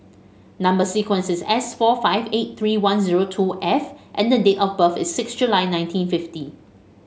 number sequence is S four five eight three one zero two F and the date of birth is six July nineteen fifty